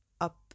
up